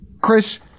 Chris